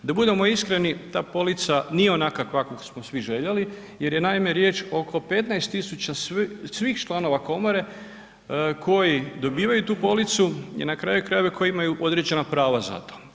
Da budemo iskreni, ta polica nije onakva kakvu smo svi željeli jer je, naime, riječ oko 15 tisuća svih članova komore koji dobivaju tu policu i na kraju krajeva, koji imaju određena prava za to.